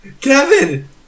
Kevin